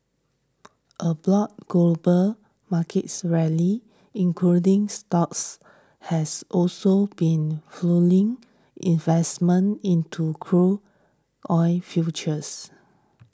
a broad global market rally including stocks has also been fuelling investment into crude oil futures